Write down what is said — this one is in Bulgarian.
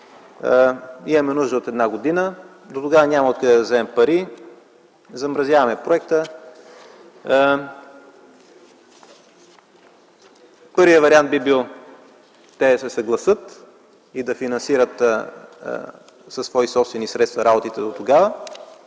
имаме нужда от една година. Дотогава няма откъде да вземем пари. Замразяваме проекта”. Първият вариант би бил те да се съгласят и да финансират със свои собствени средства работите дотогава.